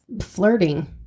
flirting